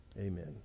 Amen